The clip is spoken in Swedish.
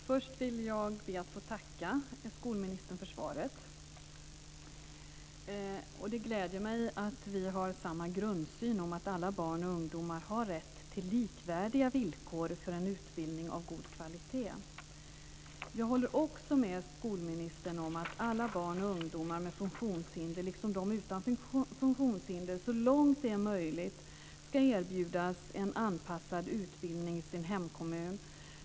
Fru talman! Jag vill först be att få tacka skolministern för svaret. Det gläder mig att vi har samma grundsyn att alla barn och ungdomar har rätt till likvärdiga villkor för en utbildning av god kvalitet. Jag håller också med skolministern om att alla barn och ungdomar med funktionshinder liksom de utan funktionshinder så långt det är möjligt ska erbjudas en anpassad utbildning i sin hemkommun.